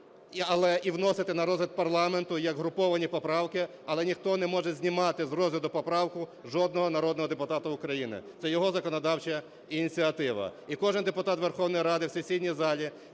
і вносити на розгляд парламенту як груповані поправки, але ніхто не може знімати з розгляду поправку жодного народного депутата України. Це його законодавча ініціатива. І кожен депутат Верховної Ради в сесійній залі